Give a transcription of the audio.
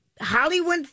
Hollywood